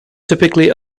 typically